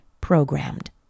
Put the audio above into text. programmed